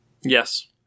Yes